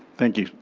thank you.